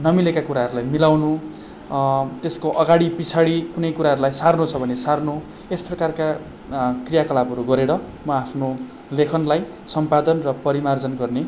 नमिलेका कुराहरूलाई मिलाउनु त्यसको अगाडि पछाडि कुनै कुराहरूलाई सार्न छ भने सार्नु यस प्रकारका क्रियाकलापहरू गरेर म आफ्नो लेखनलाई सम्पादन र परिमार्जन गर्ने